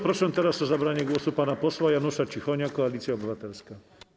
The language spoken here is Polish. Proszę teraz o zabranie głosu pana posła Janusza Cichonia, Koalicja Obywatelska.